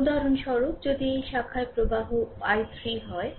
উদাহরণস্বরূপ ধরুন যদি এই শাখার প্রবাহ i3 হয়